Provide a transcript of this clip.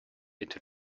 into